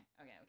okay